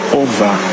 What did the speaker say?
over